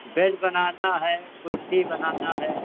bed बनाना है कुर्सी बनाना है